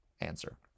answer